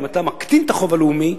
אם אתה מקטין את החוב הלאומי,